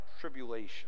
tribulation